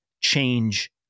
change